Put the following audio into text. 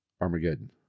Armageddon